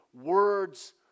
words